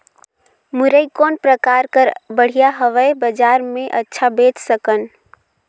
मुरई कौन प्रकार कर बढ़िया हवय? बजार मे अच्छा बेच सकन